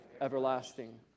everlasting